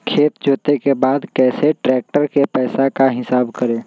खेत जोते के बाद कैसे ट्रैक्टर के पैसा का हिसाब कैसे करें?